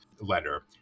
letter